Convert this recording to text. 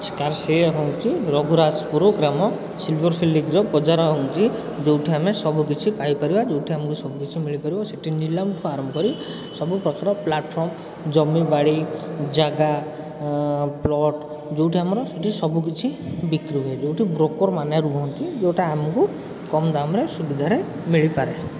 ତାର ସେଇଆ ହେଉଛି ରଘୁରାଜପୁର ଗ୍ରାମ ସିଲଭର ଫିଲିଗ୍ରୀ ବଜାର ହେଉଛି ଯେଉଁଠି ଆମେ ସବୁକିଛି ପାଇପାରିବ ଯେଉଁଠି ଆମକୁ ସବୁ କିଛି ମିଳିପାରିବ ସେଇଠି ନିଲାମଠୁ ଆରମ୍ଭ କରି ସବୁପ୍ରକାର ପ୍ଲାଟଫର୍ମ୍ ଜମିବାଡ଼ି ଜାଗା ପ୍ଲଟ୍ ଯେଉଁଠି ଆମର ଯେଉଁ ସବୁ କିଛି ବିକ୍ରି ହୁଏ ଯେଉଁଠି ବ୍ରୋକର୍ ମାନେ ରୁହନ୍ତି ଯେଉଁଟା ଆମକୁ କମ୍ ଦାମ୍ରେ ସୁବିଧାରେ ମିଳିପାରେ